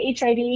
HIV